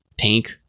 Tank